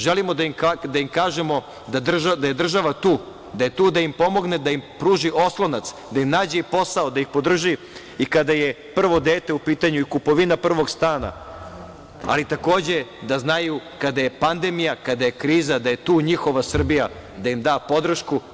Želimo da im kažemo da je država tu, da je tu da im pomogne, da im pruži oslonac, da im nađe i posao, da ih podrži i kada je prvo dete u pitanju i kupovina prvog stana, ali takođe da znaju kada je pandemija, kada je kriza, da je tu njihova Srbija da im da podršku.